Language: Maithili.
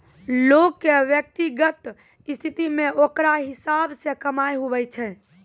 लोग के व्यक्तिगत स्थिति मे ओकरा हिसाब से कमाय हुवै छै